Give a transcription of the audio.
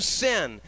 sin